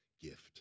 gift